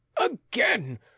again